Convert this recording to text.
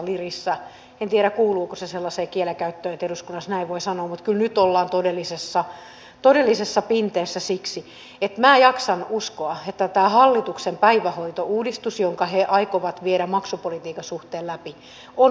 en tiedä kuuluuko se sellaiseen kielenkäyttöön että eduskunnassa näin voi sanoa mutta kyllä nyt ollaan todellisessa pinteessä siksi että minä jaksan uskoa että tämä hallituksen päivähoitouudistus jonka he aikovat viedä maksupolitiikan suhteen läpi on mahdoton toteuttaa